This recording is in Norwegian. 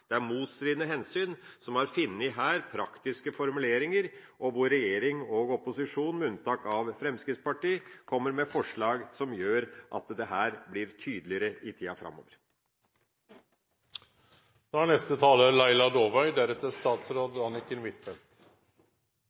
Det er motstridende hensyn som her har funnet praktiske formuleringer, og hvor regjering og opposisjon – med unntak av Fremskrittspartiet – kommer med forslag som gjør at dette blir tydeligere i tida framover. Dette er